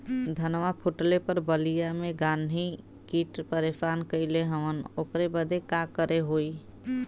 धनवा फूटले पर बलिया में गान्ही कीट परेशान कइले हवन ओकरे बदे का करे होई?